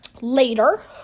later